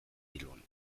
bilbon